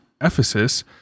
Ephesus